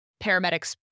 paramedics